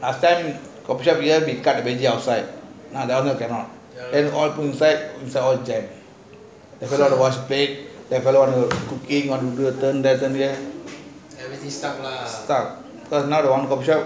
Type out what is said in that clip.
last time outside there we cut kuaytiao outisde inside cannot airocn inside